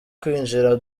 kwinjira